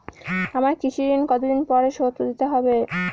আমার কৃষিঋণ কতদিন পরে শোধ দিতে হবে?